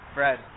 Fred